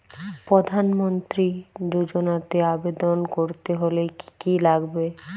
প্রধান মন্ত্রী যোজনাতে আবেদন করতে হলে কি কী লাগবে?